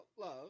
love